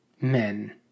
men